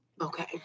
Okay